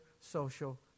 social